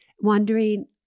wondering